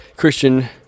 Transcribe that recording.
Christian